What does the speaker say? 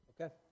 Okay